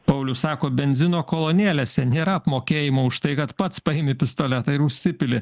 paulius sako benzino kolonėlėse nėra apmokėjimo už tai kad pats paimi pistoletą ir užsipili